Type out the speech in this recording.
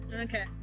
Okay